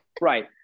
right